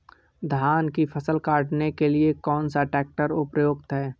धान की फसल काटने के लिए कौन सा ट्रैक्टर उपयुक्त है?